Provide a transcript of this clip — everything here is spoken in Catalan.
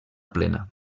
plena